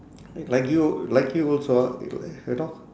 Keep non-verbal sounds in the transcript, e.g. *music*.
like you like you also ah *noise* you know